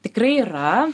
tikrai yra